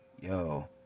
yo